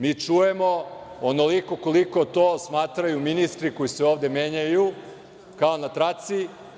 Mi čujemo onoliko koliko to smatraju ministri koji se ovde menjaju kao na traci.